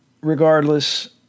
regardless